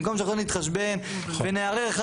במקום שאנחנו הולכים להתחשבן ונערער אחד